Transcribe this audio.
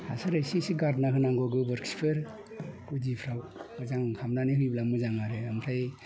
हासार एसे एसे गारनांहोनांगौ गोबोरखिफोर गुदिफ्राव मोजां खालामनानै होयोब्ला मोजां आरो ओमफ्राय